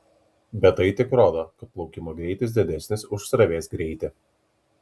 bet tai tik rodo kad plaukimo greitis didesnis už srovės greitį